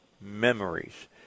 memories